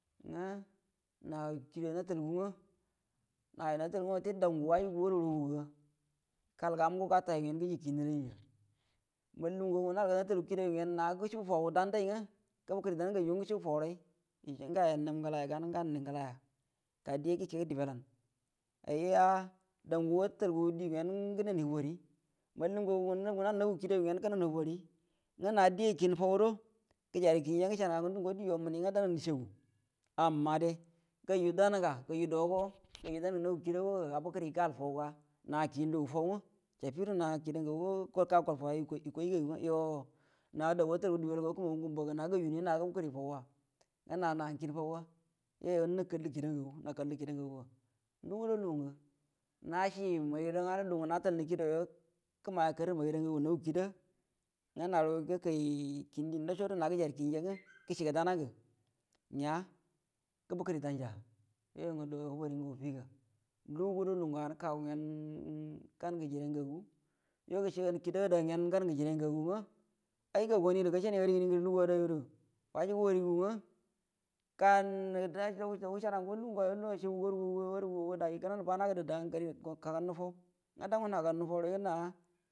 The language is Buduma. Na na kideyo natalgu nga najugu natalgu nga ute dau ngə wajugu waruguga gal gamu ngu gata ngen gəji kinniraija lugu ngagu ngə nal natalgu kidayu ngen naga gushulbu fau dandai nga dau gaju nga gushubu fau zai dijo ngayo nun ngəlaya gau nga gan num ngəlaya ga diya gəkegə di belan ai a’a dau ngə watalgu diben gənan hugori mallum ngagu ngə nanga hau nagu kidagu ngen gənanə hugori nga na diya kiu fonda gəjairə kinja nga gashanuga ngundu ng dijo məni nga dangə nəshagu amma dal gaju danga gaju dogo gaja dangə nagu kidago ga gabəkəri gal fauga na kiu lugu fau nga shafido na kida ngago gakal fauga ikai igaigu yo na dau watalgu dibelga wakəmagu ngu mega na gajuni nga gol fauwa nga na na ngə kiu fauga yoyo nakallə kifa ngagunakallə kida ngaguga nduguda illugə maslui maigida nganu də lungə natalnu kidayo gəmaiya kawə maigida ngagu ngə natalgu kida kindi ndashado na gəjairə kirja nga gəshugə dana ngə nya gəbəkəri danja yoyu ngə do hugori ngə ufigə ndugudo lungu an kagu ngen gan gə jire ngagu yo gəshe gah kida ada ngen gan gə jire ngagagu nga ai gau gani də gashaniga arini ngərə lugu adadə wajugu wanigu nga gan wushanga ngo lugu ngango ashe waru waru ga guga dai gənanə bana kagannu fau nga dango nagaunə faurai nga ha.